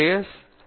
ஸ் ஐ